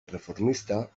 erreformista